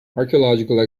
archaeological